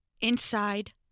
Inside